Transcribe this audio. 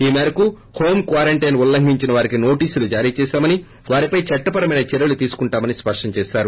ఈ మేరకు home quarantine ఉల్లంఘించిన వారికి నోటీసులు జారీ చేసామని వారిపై చట్టపరమైన చర్యలు తీసుకుంటామని స్పష్టం చేసారు